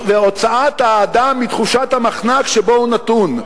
והוצאת האדם מתחושת המחנק שבו הוא נתון,